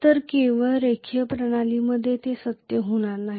तर केवळ रेखीय प्रणालीमध्ये हे सत्य होणार आहे